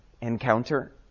encounter